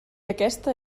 aquesta